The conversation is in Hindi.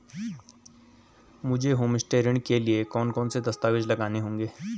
मुझे होमस्टे ऋण के लिए कौन कौनसे दस्तावेज़ लगाने होंगे?